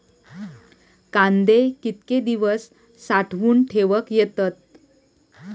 कांदे कितके दिवस साठऊन ठेवक येतत?